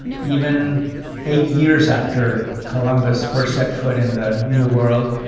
even eight years after columbus first set foot in the new world,